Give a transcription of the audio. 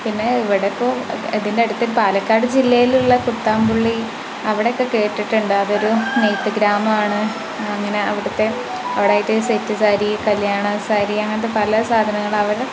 പിന്നെ ഇവിടിപ്പോൾ ഇ ഇതിൻ്റെ അടുത്ത് പാലക്കാട് ജില്ലയിലുള്ള കുത്താമ്പുള്ളി അവിടെയൊക്കെ കേട്ടിട്ടുണ്ട് അതൊരു നെയ്ത്ത് ഗ്രാമമാണ് അങ്ങനെ അവിടുത്തെ അവിടെയായിട്ട് സെറ്റ് സാരി കല്ല്യാണ സാരി അങ്ങനത്തെ പല സാധനങ്ങളും അവർ